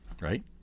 Right